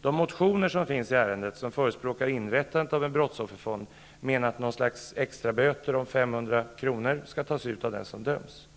De motioner som finns i ärendet och som förespråkar inrättandet av en brottsofferfond menar att något slags extraböter om 500 kr. skall tas ut av dem som döms.